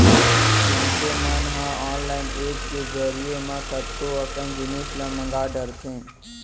मनसे मन ह ऑनलाईन ऐप के जरिए म कतको अकन जिनिस ल मंगा डरथे